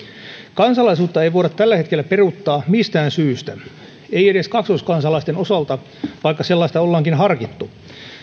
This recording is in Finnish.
kansalaisuutta ei voida tällä hetkellä peruuttaa mistään syystä ei edes kaksoiskansalaisten osalta vaikka sellaista ollaankin harkittu